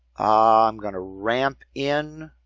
ah i'm going to ramp in.